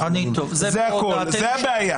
אבל תודה לכל מי שטרחו והגיעו.